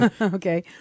okay